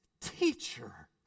Teacher